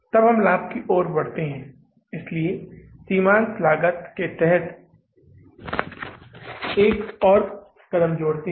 तब हम लाभ की ओर बढ़ते हैं इसलिए हम सीमांत लागत के तहत एक और कदम जोड़ते हैं